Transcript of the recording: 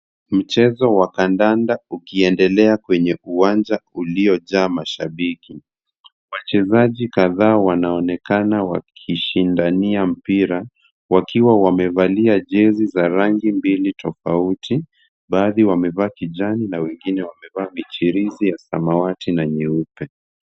Mchezo wa kandanda ukiendelea kwenye uwanja uliojaa mashabiki. Wachezaji kadhaa wanaonekana wakishindania mpira wakiwa wamevalia jezi za rangi mbili tofauti. Baadhi wamevaa kijani na wengine wamevaa michirizi ya samawati na nyeupe.